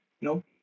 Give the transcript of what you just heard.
No